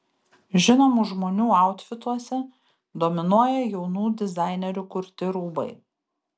žinomų žmonių autfituose dominuoja jaunų dizainerių kurti rūbai